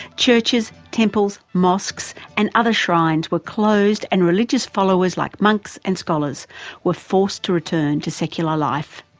churches, temples, mosques and other shines were closed and religious followers like monks and scholars were forced to return to secular life.